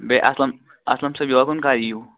بیٚیہِ اَسلَم اَسلَم صٲب یوٚرکُن کَر یِیِو